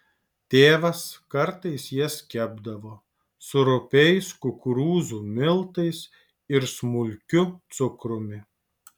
tėvas kartais jas kepdavo su rupiais kukurūzų miltais ir smulkiu cukrumi